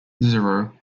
zero